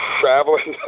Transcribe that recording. traveling